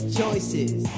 choices